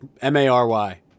M-A-R-Y